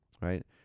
right